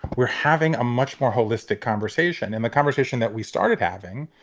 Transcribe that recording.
we're having a much more holistic conversation. and the conversation that we started having,